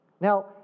Now